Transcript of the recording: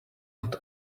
not